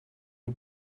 had